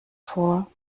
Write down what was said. vor